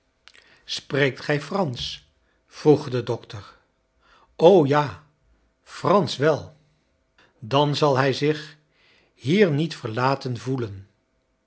spreekt hij fransch vroeg de dokter ja fransch wel dan zal hij zich hier niet verlaten voelen